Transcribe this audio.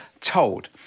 told